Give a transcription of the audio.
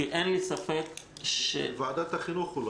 ועדת החינוך.